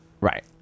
Right